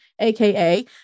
aka